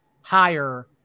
higher